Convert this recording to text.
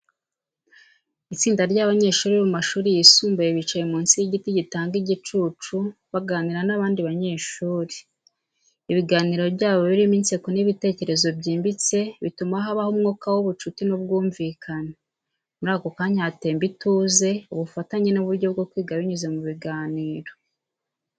Itsinda ry’abanyeshuri bo mu mashuri yisumbuye bicaye munsi y’igiti gitanga igicucu, baganira n’abandi banyeshuri. Ibiganiro byabo birimo inseko n’ibitekerezo byimbitse, bituma habaho umwuka w’ubushuti n’ubwumvikane. Muri ako kanya hatemba ituze, ubufatanye, n’uburyo bwo kwiga binyuze mu biganiro.